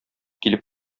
килеп